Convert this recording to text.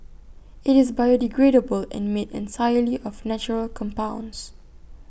IT is biodegradable and made entirely of natural compounds